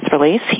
release